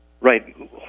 Right